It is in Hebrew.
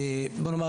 בוא נאמר,